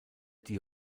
die